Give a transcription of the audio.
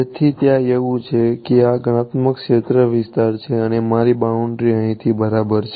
તેથી ત્યાં એવું છે કે આ એક ગણનાત્મક ક્ષેત્રવિસ્તાર છે અને આ મારી બાઉન્ડ્રી અહીંથી બરાબર છે